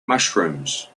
mushrooms